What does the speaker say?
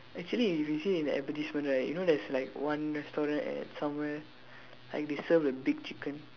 actually if you say it's an advertisement right you know there's like one restaurant at somewhere like they serve the big chicken